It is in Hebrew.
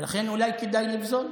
ולכן אולי כדאי לפזול,